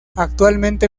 actualmente